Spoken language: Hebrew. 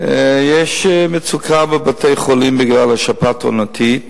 יש מצוקה בבתי-חולים בגלל שפעת עונתית,